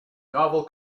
novel